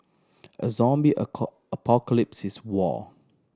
a zombie apocalypse is war